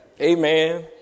Amen